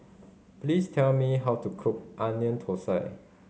please tell me how to cook Onion Thosai